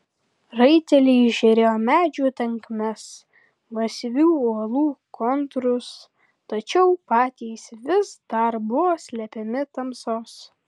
raiteliai įžiūrėjo medžių tankmes masyvių uolų kontūrus tačiau patys vis dar buvo slepiami tamsos